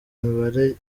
mibare